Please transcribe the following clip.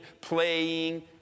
playing